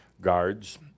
guards